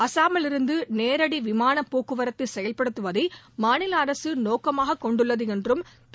அஸ்ஸாமிலிருந்து நேரடி விமானப் போக்குவரத்தை செயல்படுத்துவதை மாநில அரசு நோக்கமாக கொண்டுள்ளது என்றும் திரு